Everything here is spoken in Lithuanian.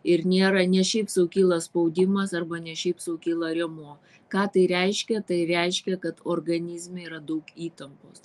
ir nėra ne šiaip sau kyla spaudimas arba ne šiaip sau kyla rėmuo ką tai reiškia tai reiškia kad organizme yra daug įtampos